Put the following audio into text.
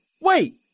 Wait